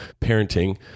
parenting